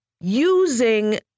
using